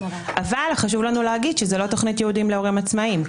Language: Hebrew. אבל חשוב לנו להגיד שזה לא תכנית ייעודית להורים עצמאיים.